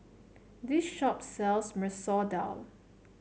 this shop sells Masoor Dal